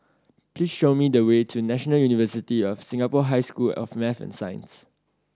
please show me the way to National University of Singapore High School of Math and Science